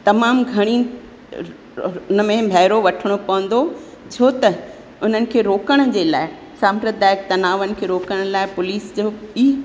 तमामु घणी उन में भहरो वठिणो पवंदो छो त उन्हनि खे रोकण जे लाइ सामप्रधायक तनावनि खे रोकण लाइ पुलिस जो ई